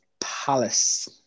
Palace